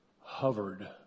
hovered